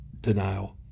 denial